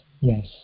Yes